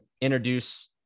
introduce